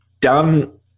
done